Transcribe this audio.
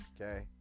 okay